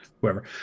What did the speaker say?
whoever